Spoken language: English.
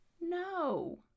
No